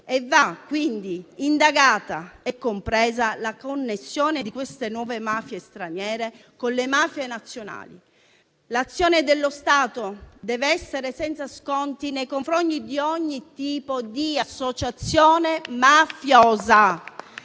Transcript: Va quindi indagata e compresa la connessione di queste nuove mafie straniere con le mafie nazionali. L'azione dello Stato dev'essere senza sconti nei confronti di ogni tipo di associazione mafiosa.